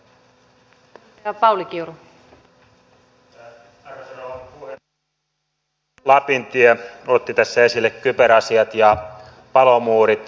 edustaja lapintie otti tässä esille kyberasiat ja palomuurit